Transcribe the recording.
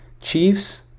Chiefs